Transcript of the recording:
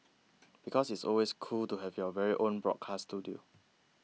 because it's always cool to have your very own broadcast studio